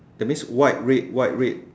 that means white red white red